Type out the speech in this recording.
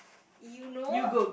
you know